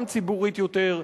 גם ציבורית יותר,